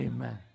Amen